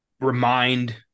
remind